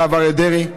הרב אריה דרעי,